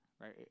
right